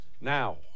Now